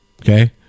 okay